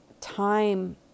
time